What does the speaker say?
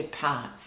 parts